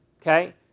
Okay